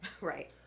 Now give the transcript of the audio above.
Right